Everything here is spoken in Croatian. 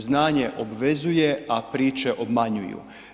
Znanje obvezuje a priče obmanjuju.